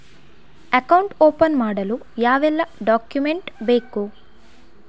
Account open ಮಾಡಲು ಯಾವೆಲ್ಲ document ಬೇಕು?